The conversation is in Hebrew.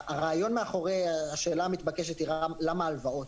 הרעיון מאחורי השאלה המתבקשת הוא למה הלוואות?